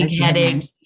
headaches